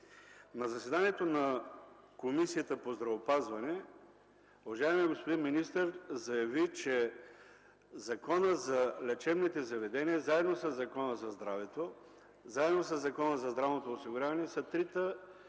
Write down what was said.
На заседанието на Комисията по здравеопазването уважаемият господин министър заяви, че Законът за лечебните заведения заедно със Закона за здравето, заедно със Закона за здравното осигуряване са трите